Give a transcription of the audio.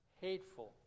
hateful